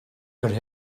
could